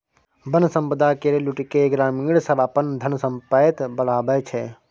बन संपदा केर लुटि केँ ग्रामीण सब अपन धन संपैत बढ़ाबै छै